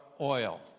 oil